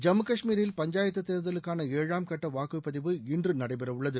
ஜம்மு கஷ்மீரில் பஞ்சாயத்து தேர்தலுக்கான ஏழாம் கட்ட வாக்குப் பதிவு இன்று நடைபெறவுள்ளது